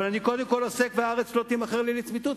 אבל אני קודם כול עוסק ב"והארץ לא תימכר לצמיתות".